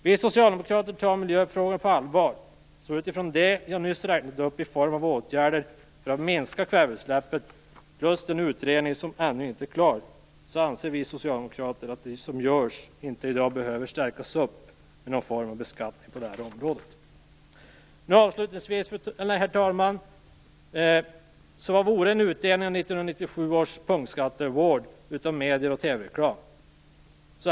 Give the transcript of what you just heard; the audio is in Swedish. Vi socialdemokrater tar miljöfrågorna på allvar. Med tanke på det som jag nyss räknade upp i fråga om åtgärder för att man skall minska kväveutsläppet plus den utredning som ännu inte är klar anser vi socialdemokrater att det som görs inte i dag behöver stärkas med någon form av beskattning på det här området. Herr talman! Vad vore en utdelning av 1997 års punktskatte-award utan medier och TV-reklam?